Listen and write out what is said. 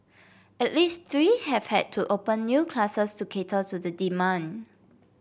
at least three have had to open new classes to cater to the demand